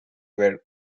were